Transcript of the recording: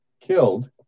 killed